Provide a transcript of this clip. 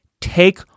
take